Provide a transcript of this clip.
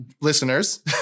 Listeners